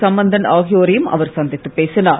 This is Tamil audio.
சம்பந்தன் ஆகியோரையும் அவர் சந்தித்துப் பேசினார்